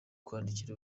kwandikira